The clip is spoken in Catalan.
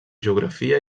geografia